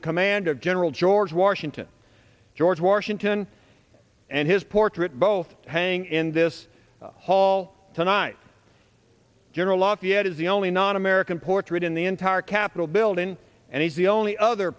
the command of general george washington george washington and his portrait both hanging in this hall tonight general lafayette is the only non american portrait in the entire capitol building and he's the only other